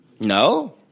No